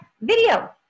video